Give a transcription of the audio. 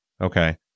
Okay